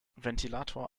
ventilator